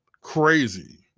crazy